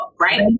right